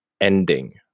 Ending